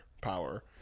power